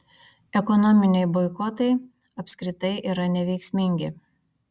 ekonominiai boikotai apskritai yra neveiksmingi